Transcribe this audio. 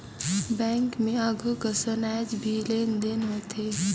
bank मे आघु कसन आयज भी लेन देन होथे